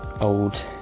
old